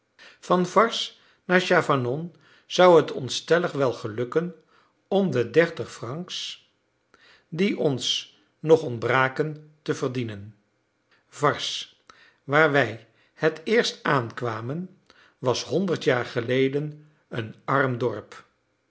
van varses naar chavanon zou het ons stellig wel gelukken om de dertig francs die ons nog ontbraken te verdienen varses waar wij het eerst aankwamen was honderd jaar geleden een arm dorp